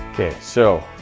okay. so,